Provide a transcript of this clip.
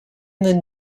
then